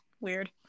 weird